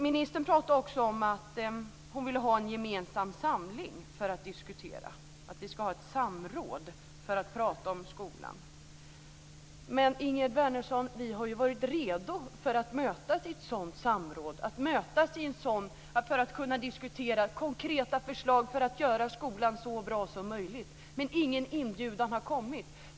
Ministern pratar också om att hon vill ha en gemensam samling för att diskutera. Vi ska ha ett samråd för att prata om skolan. Men, Ingegerd Wärnersson, vi har ju varit redo att mötas i ett sådant samråd för att kunna diskutera konkreta förslag för att göra skolan så bra som möjligt. Men ingen inbjudan har kommit.